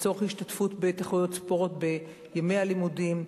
לצורך השתתפות בתחרויות ספורט בימי הלימודים.